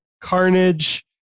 carnage